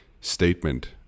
statement